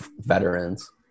veterans